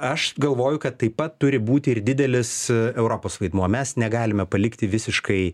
aš galvoju kad taip pat turi būti ir didelis europos vaidmuo mes negalime palikti visiškai